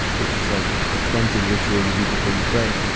ah which is like the cleansing ritual you do before you pray.